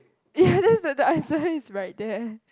yeah the answer is right there